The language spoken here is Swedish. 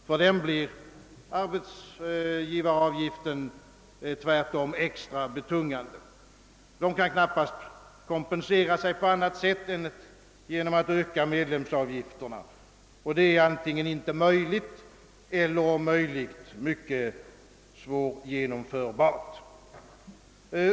För dem blir arbetsgivaravgiften tvärtom extra betungande. De kan knappast kompensera sig på annat sätt än genom att öka medlemsavgifterna, och det är antingen inte möjligt eller, om det är möjligt, mycket svårgenomförbart.